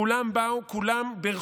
כולם באו ובירכו,